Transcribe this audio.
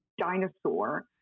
dinosaur